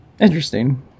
interesting